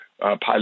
pilot